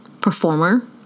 performer